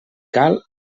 cal